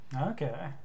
Okay